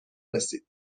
رسید